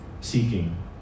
Seeking